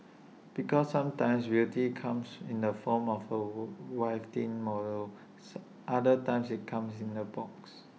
because sometimes beauty comes in the form of A waif thin model other times IT comes in A box